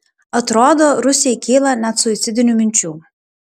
atrodo rusijai kyla net suicidinių minčių